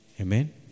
Amen